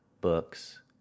books